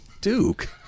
Duke